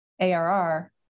ARR